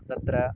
तत्र